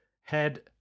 head